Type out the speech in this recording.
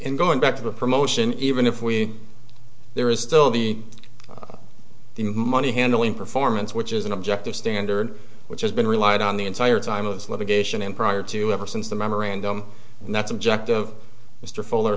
in going back to the promotion even if we there is still the money handling performance which is an objective standard which has been relied on the entire time of this litigation and prior to ever since the memorandum and that subject of mr fuller